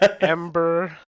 ember